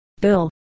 Bill